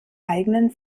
eigenen